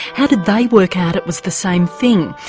how did they work out it was the same thing?